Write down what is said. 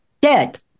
dead